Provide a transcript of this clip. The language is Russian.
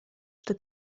что